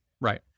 Right